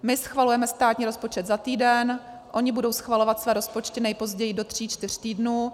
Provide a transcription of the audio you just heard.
My schvalujeme státní rozpočet za týden, oni budou schvalovat své rozpočty nejpozději do tří čtyř týdnů.